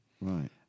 Right